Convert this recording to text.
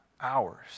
hours